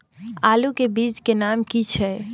आलू के बीज के नाम की छै?